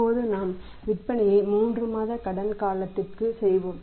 இப்போது நாம் விற்பனையை 3 மாத கடன் கடன் காலத்திற்கு செய்வோம்